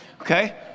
Okay